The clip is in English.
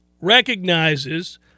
recognizes